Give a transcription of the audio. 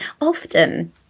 often